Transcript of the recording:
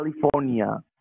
California